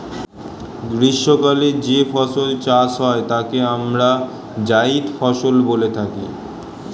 গ্রীষ্মকালে যে ফসল চাষ হয় তাকে আমরা জায়িদ ফসল বলে থাকি